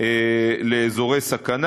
לאזורי סכנה.